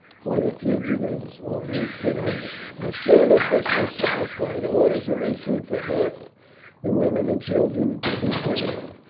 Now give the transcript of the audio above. for the fugitives were weak with hunger. as soon as this was satisfied, orders were issued for half the women and children to be brought in.